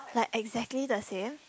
like exactly the same